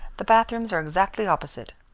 the bathrooms are exactly opposite.